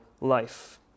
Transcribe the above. life